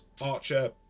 Archer